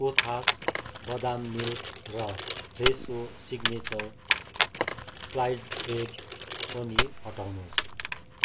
कोथास बदाम मिल्क र फ्रेसो सिग्नेचर स्लाइस्ड ब्रेड पनि हटाउनुहोस्